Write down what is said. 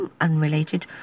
unrelated